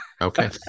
okay